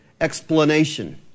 explanation